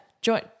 join